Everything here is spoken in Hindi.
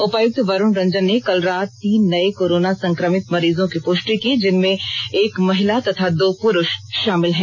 उपायुक्त वरुण रंजन ने कल रात तीन नए कोरोना संक्रमित मरीजों की पुष्टि की जिनमें एक महिला तथा दो पुरुष शामिल हैं